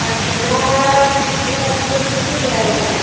पारसेन्टआ सिस्कटि फाइभफोरसो फैबाय आरोना